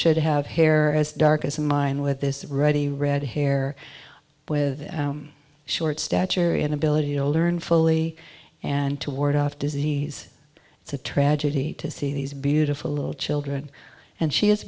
should have hair as dark as mine with this ready red hair with short stature and ability to learn fully and to ward off disease it's a tragedy to see these beautiful little children and she is